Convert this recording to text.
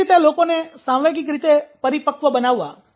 કેવી રીતે લોકોને સાંવેગિક રીતે પરિપક્વ બનાવવા